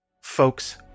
Folks